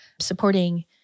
supporting